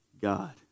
God